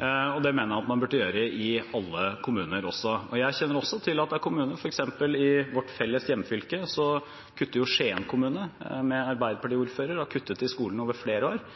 og det mener jeg at man burde gjøre i alle kommuner. Jeg kjenner også til at det er kommuner i vårt felles hjemfylke som kutter. For eksempel har Skien kommune, med Arbeiderparti-ordfører, kuttet i skolen over flere år.